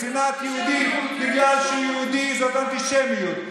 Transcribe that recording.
שנאת יהודי בגלל שהוא יהודי זאת אנטישמיות,